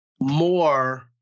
more